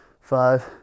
five